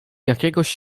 jakiegoś